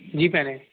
ਜੀ ਭੈਣੇ